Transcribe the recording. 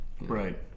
Right